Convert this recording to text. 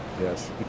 Yes